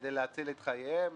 כדי להציל את חייהם.